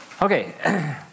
Okay